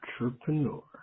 entrepreneur